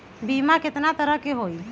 बीमा केतना तरह के होइ?